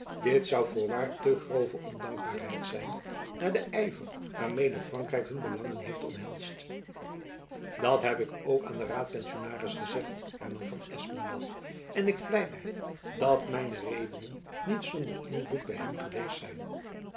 dit zoû voorwaar te grove ondankbaarheid zijn na den yver waarmede frankrijk hun belangen heeft omhelsd dat heb ik ook aan den raadpensionaris gezegd hernam van espenblad en ik vlei my dat mijne redenen niet zonder invloed by hem geweest zijn